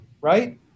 right